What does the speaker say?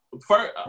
first